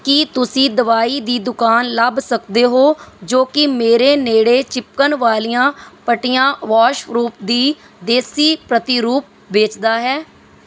ਕੀ ਤੁਸੀਂ ਦਵਾਈ ਦੀ ਦੁਕਾਨ ਲੱਭ ਸਕਦੇ ਹੋ ਜੋ ਕਿ ਮੇਰੇ ਨੇੜੇ ਚਿਪਕਣ ਵਾਲੀਆਂ ਪੱਟੀਆਂ ਵਾਸ਼ਪਰੂਫ ਦਾ ਦੇਸੀ ਪ੍ਰਤੀਰੂਪ ਵੇਚਦਾ ਹੈ